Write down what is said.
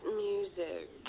music